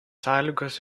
sąlygos